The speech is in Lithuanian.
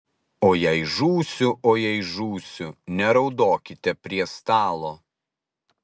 o jei žūsiu o jei žūsiu neraudokite prie stalo